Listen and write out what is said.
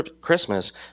Christmas